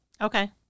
Okay